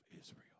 Israel